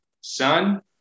son